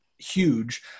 huge